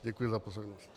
Děkuji za pozornost.